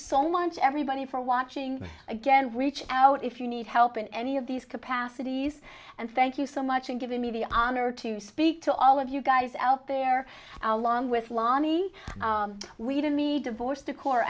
so much everybody for watching again reach out if you need help in any of these capacities and thank you so much in giving me the honor to speak to all of you guys out there along with lonnie weed and me divorce decor